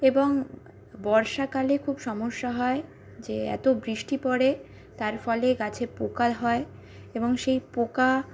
এবং বর্ষাকালে খুব সমস্যা হয় যে এত বৃষ্টি পড়ে তার ফলে গাছে পোকা হয় এবং সেই পোকা